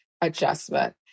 adjustment